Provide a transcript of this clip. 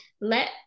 let